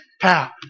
pow